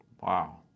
Wow